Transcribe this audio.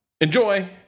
enjoy